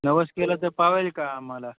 नवस केला तर पावेल का आम्हाला